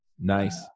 Nice